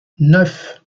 neuf